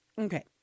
Okay